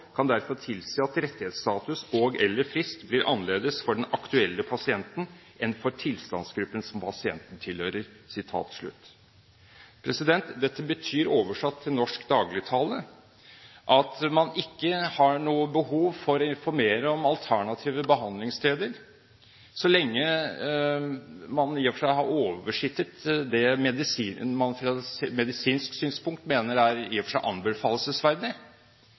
kan derfor tilsi at rettighetsstatus og/eller frist blir annerledes for den aktuelle pasienten enn for tilstandsgruppen som pasienten tilhører.» Dette betyr – oversatt til norsk dagligtale – at man ikke har noe behov for å informere om alternative behandlingssteder så lenge man har oversittet det man fra medisinsk synspunkt mener er anbefalelsesverdig. Man mener at pasientrettighetsloven skal ha effekt først når det blir farlig. Det er etter min mening for